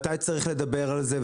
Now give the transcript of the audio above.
מתי צריך לדבר על זה,